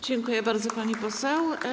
Dziękuję bardzo, pani poseł.